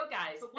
guys